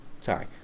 Sorry